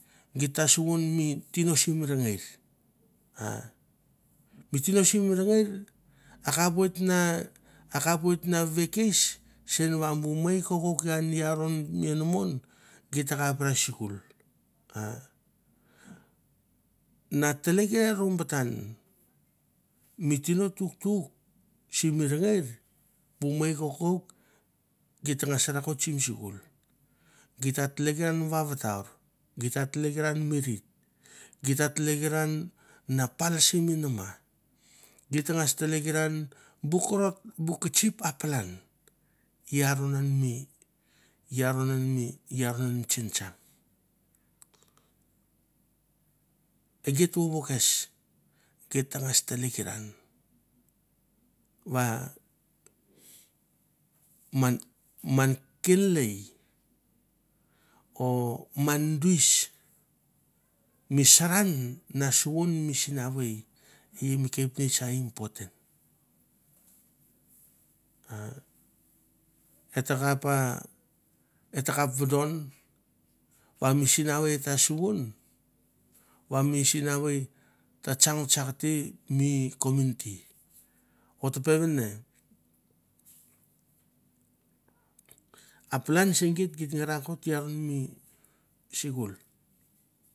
Git ta suvan mi tino sim rengeir a mi tino sim rengeir, mi tino sim rengeir a kapoit a kapoit na vekes sen va vu mei kokouk an i aron mi enamon git takap ra skul a na tleke rombatan mi tino tuktuk sikul, git ta tlekeran mi vauvatar git ta tlekeran me read, git ta tlekiran na pan simi nama, gi ta nags tlekeran bu korot bu kitsip a palan i aron an mi, i aron an mi i aron an mi tsentsang. Ke git vovo kes git tangas tlekeran va man man kenlai o man duis mi saran na suvon, mi sinavei e i mi kepnets a important. E ta kap a e takap vodon va mi sinavei et ta suvon, va mi sinavei ta tsang vatsakte mi kominiti, ot peven ne, a palan se geit geit nga rakot i aron mi sikul